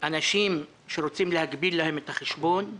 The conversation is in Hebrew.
אנשים שרוצים להגביל להם את החשבון,